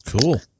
Cool